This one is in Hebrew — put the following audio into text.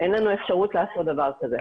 אין לנו אפשרות לעשות דבר כזה.